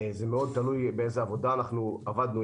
זה תלוי מאוד באיזו עבודה אנחנו עבדנו,